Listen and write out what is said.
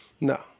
No